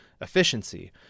efficiency